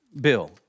bill